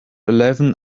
eleven